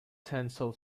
tensile